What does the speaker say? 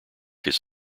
his